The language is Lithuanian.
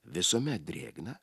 visuomet drėgna